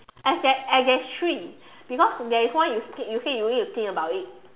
eh there eh there's three because there's one where you say you need to think about it